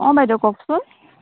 অঁ বাইদেউ কওকচোন